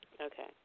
Okay